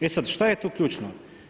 E sad šta je tu ključno?